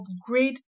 upgrade